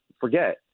forget